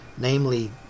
namely